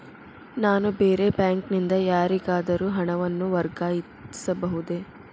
ನಾನು ಬೇರೆ ಬ್ಯಾಂಕ್ ನಿಂದ ಯಾರಿಗಾದರೂ ಹಣವನ್ನು ವರ್ಗಾಯಿಸಬಹುದೇ?